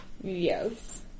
Yes